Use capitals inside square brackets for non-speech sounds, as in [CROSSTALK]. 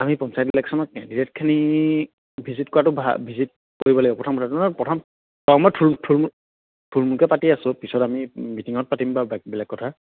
আমি পঞ্চায়ত ইলেকশ্যনত কেণ্ডিডেটখিনি ভিজিট কৰাটো ভা ভিজিট কৰিব লাগিব প্ৰথম কথাটো নহয় প্ৰথম [UNINTELLIGIBLE] থুলমুলকে পাতি আছোঁ পিছত আমি মিটিঙত পাতিম বাৰু বেলেগ কথা